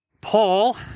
Paul